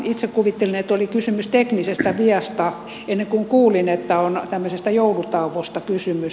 itse kuvittelin että oli kysymys teknisestä viasta ennen kuin kuulin että on joulutauosta kysymys